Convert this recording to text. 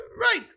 right